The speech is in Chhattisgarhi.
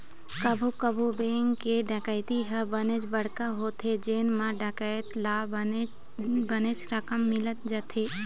कभू कभू बेंक के डकैती ह बनेच बड़का होथे जेन म डकैत ल बनेच रकम मिल जाथे